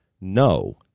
no